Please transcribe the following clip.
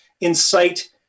incite